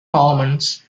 commons